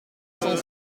cent